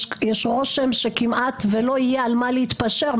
יש רושם שכמעט ולא יהיה על מה להתפשר,